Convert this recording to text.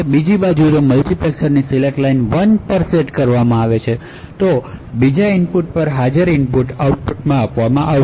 બીજી બાજુ જો મલ્ટીપ્લેક્સરની સિલેક્ટ લાઇન 1 પર સેટ કરેલી છે તો બીજા ઇનપુટ પર હાજર ઇનપુટ આઉટપુટમાં આપશે